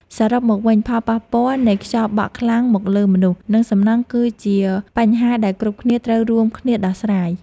សរុបមកវិញផលប៉ះពាល់នៃខ្យល់បក់ខ្លាំងមកលើមនុស្ស និងសំណង់គឺជាបញ្ហាដែលគ្រប់គ្នាត្រូវរួមគ្នាដោះស្រាយ។